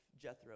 Jethro